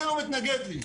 מי לא מתנגד לי?